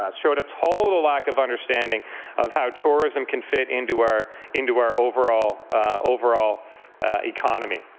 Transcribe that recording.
ah showed a total lack of understanding of how tourism can fit into our into our overall overall economy.